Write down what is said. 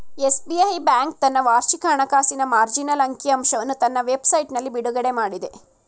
SBI bank ತನ್ನ ವಾರ್ಷಿಕ ಹಣಕಾಸಿನ ಮಾರ್ಜಿನಲ್ ಅಂಕಿ ಅಂಶವನ್ನು ತನ್ನ ವೆಬ್ ಸೈಟ್ನಲ್ಲಿ ಬಿಡುಗಡೆಮಾಡಿದೆ